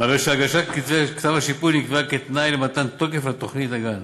הרי שהגשת כתב השיפוי נקבעה כתנאי למתן תוקף לתוכנית הגן